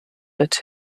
that